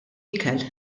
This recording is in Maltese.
ikel